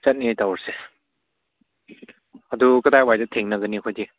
ꯆꯠꯅꯉꯥꯏ ꯇꯧꯔꯁꯦ ꯑꯗꯨ ꯀꯗꯥꯏ ꯋꯥꯏꯗ ꯊꯦꯡꯅꯒꯅꯤ ꯑꯩꯈꯣꯏꯗꯤ